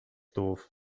doof